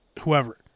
whoever